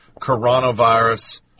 coronavirus